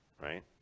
Right